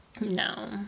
no